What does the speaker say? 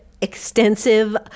extensive